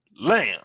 Lamb